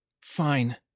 Fine